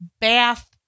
bath